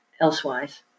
elsewise